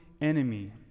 enemy